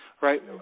right